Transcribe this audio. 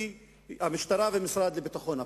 המשטרה והמשרד לביטחון הפנים,